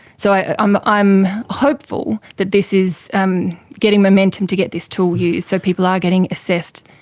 so i'm i'm hopeful that this is um getting momentum to get this tool used so people are getting assessed